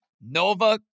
Nova